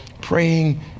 praying